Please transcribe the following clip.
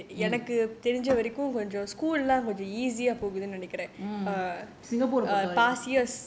mm mm